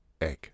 Egg